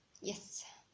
Yes